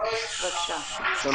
אסתר